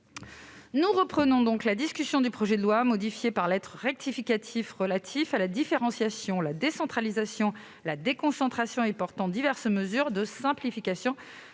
une heures : Suite du projet de loi, modifié par lettre rectificative, relatif à la différenciation, la décentralisation, la déconcentration et portant diverses mesures de simplification